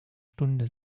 stunde